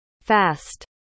Fast